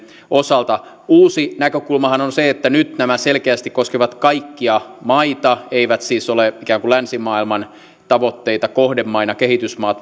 osalta uusi näkökulmahan on se että nyt nämä selkeästi koskevat kaikkia maita kehitysmaat eivät siis ole ikään kuin länsimaailman tavoitteita kohdemaina